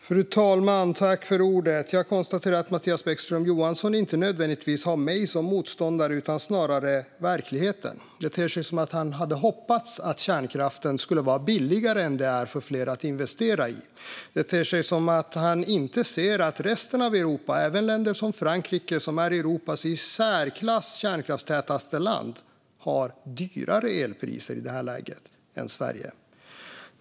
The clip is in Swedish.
Fru talman! Jag konstaterar att Mattias Bäckström Johansson inte nödvändigtvis har mig som motståndare utan snarare verkligheten. Det ter sig som att han hade hoppats att kärnkraften skulle vara billigare för fler att investera i än vad den är. Det ter sig som att han inte ser att resten av Europa - även länder som Frankrike, som är Europas i särklass kärnkraftstätaste land - har högre elpriser i det här läget än Sverige.